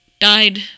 died